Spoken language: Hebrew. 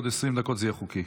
בעוד 20 דקות זה יהיה חוקי.